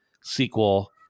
sequel